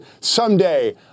someday